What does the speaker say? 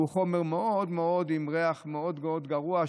שהוא חומר עם ריח מאוד מאוד גרוע,